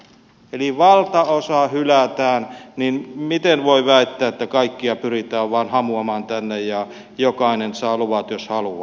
eli kun valtaosa hylätään niin miten voi väittää että kaikkia pyritään vain hamuamaan tänne ja jokainen saa luvat jos haluaa